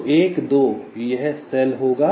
तो 1 2 यह सेल होगा